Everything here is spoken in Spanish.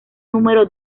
número